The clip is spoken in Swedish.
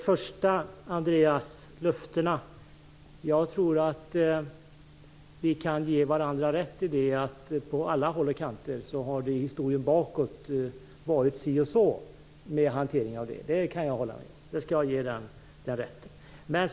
Fru talman! Jag tror att vi kan ge varandra rätt i att det på alla håll och kanter i historien varit si och så med hantering av löftena. Det kan jag hålla med om.